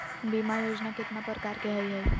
बीमा योजना केतना प्रकार के हई हई?